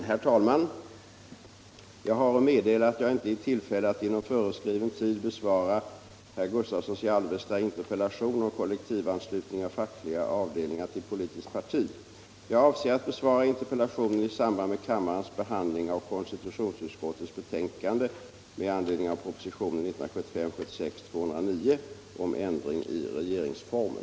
Herr talman! Jag har att meddela att jag inte är i tillfälle att inom föreskriven tid besvara herr Gustavssons i Alvesta interpellation om kollektivanslutning av fackliga avdelningar till politiskt parti. Jag avser att besvara interpellationen i samband med kammarens behandling av konstitutionsutskottets betänkande med anledning av propositionen 1975/76:209 om ändring i regeringsformen.